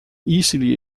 easily